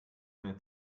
mehr